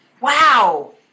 Wow